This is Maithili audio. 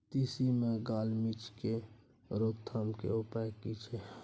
तिसी मे गाल मिज़ के रोकथाम के उपाय की छै?